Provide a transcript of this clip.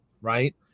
right